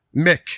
Mick